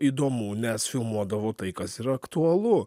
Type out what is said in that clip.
įdomu nes filmuodavo tai kas yra aktualu